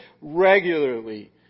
regularly